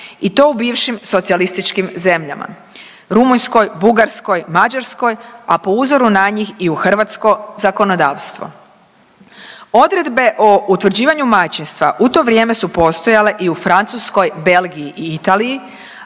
u to u bivšim socijalističkim zemljama, Rumunjskoj, Bugarskoj, Mađarskoj, a po uzoru na njih i u hrvatsko zakonodavstvo. Odredbe o utvrđivanju majčinstva u to vrijeme su postojale i u Francuskoj, Belgiji i Italiji,